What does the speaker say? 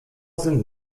sind